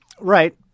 Right